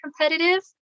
competitive